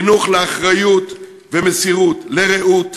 חינוך לאחריות ומסירות, לרעות,